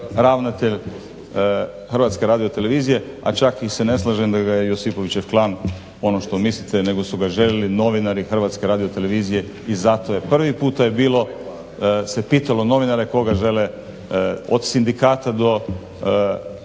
ravnatelj HRT-a, a čak se ne slažem da ga je josipovićev klan ono što mislite nego su ga željeli novinari HRT-a i zato je. Prvi puta se pitalo novinare koga žele od sindikata do